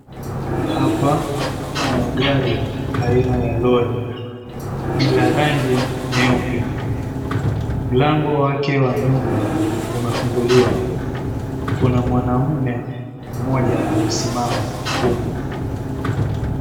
Hapa pana gari aina ya lori, lina rangi nyeupe. Mlango wake wa nyuma umefunguliwa, kuna mwanaume mmoja amesimama humo